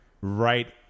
right